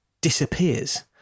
disappears